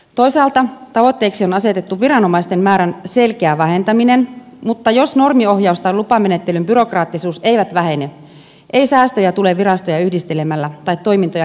toisaalta tavoitteeksi on asetettu viranomaisten määrän selkeä vähentäminen mutta jos normiohjaus tai lupamenettelyn byrokraattisuus eivät vähene ei säästöjä tule virastoja yhdistelemällä tai toimintoja keskittämällä